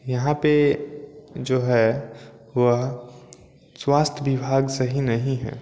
यहाँ पर जो है वह स्वास्थ्य विभाग सही नहीं है